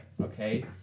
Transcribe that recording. okay